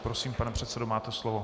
Prosím, pane předsedo, máte slovo.